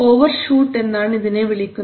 over shoot എന്നാണ് ഇതിനെ വിളിക്കുന്നത്